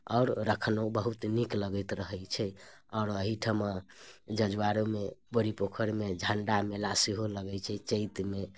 आओर रखलहुँ बहुत नीक लगैत रहैत छै आओर एहिठिमा जजुआरमे बड़ी पोखरिमे झंडा मेला सेहो लगैत छै चैतमे